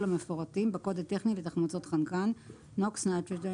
המפורטים בקוד הטכני לתחמוצות חנקן (NOX- Nitrogen